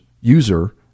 user